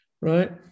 right